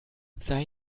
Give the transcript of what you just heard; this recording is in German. sei